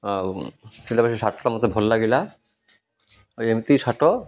ଆଉ ପିଲାବେଳେ ସେ ଶାର୍ଟଟା ମତେ ଭଲ ଲାଗିଲା ଆଉ ଏମିତି ସାର୍ଟ୍